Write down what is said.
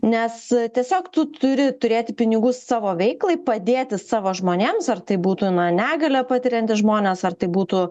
nes tiesiog tu turi turėti pinigų savo veiklai padėti savo žmonėms ar tai būtų na negalią patiriantys žmonės ar tai būtų